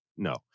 no